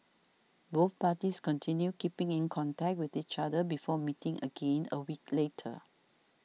both parties continued keeping in contact with each other before meeting again a week later